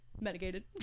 medicated